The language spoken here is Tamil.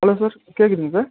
ஹலோ சார் கேட்குதுங்க சார்